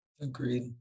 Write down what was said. Agreed